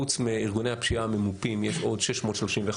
חוץ מארגוני הפשיעה הממופים יש עוד 631,